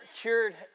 cured